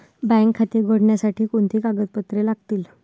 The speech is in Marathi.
बँक खाते उघडण्यासाठी कोणती कागदपत्रे लागतील?